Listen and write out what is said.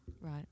Right